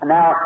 Now